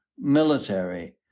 military